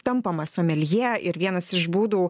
tampama someljė ir vienas iš būdų